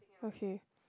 okay